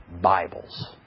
Bibles